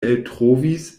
eltrovis